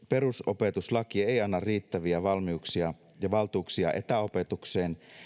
perusopetuslaki ei anna riittäviä valmiuksia ja valtuuksia etäopetukseen